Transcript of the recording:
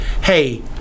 hey